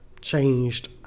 changed